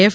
F